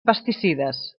pesticides